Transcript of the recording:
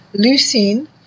leucine